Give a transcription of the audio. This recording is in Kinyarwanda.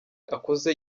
akoze